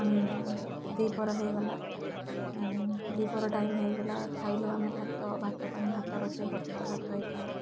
ପୁଣି ଦ୍ୱିପହର ହେଇଗଲା ଦ୍ୱିପହର ଟାଇମ୍ ହେଇଗଲା ଖାଇଲୁ ଆମେ ଭାତ ଭାତ ପାଇଁ ଭାତ ରୋଷେଇ କରିଥାଉ ଭାତ ହେଇଥାଏ